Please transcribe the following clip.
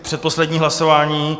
Předposlední hlasování.